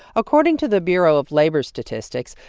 according to the bureau of labor statistics,